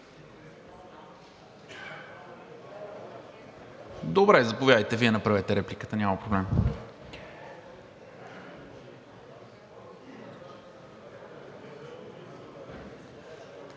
Добре, заповядайте да направите репликата, няма проблем.